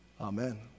Amen